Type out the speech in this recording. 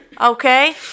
Okay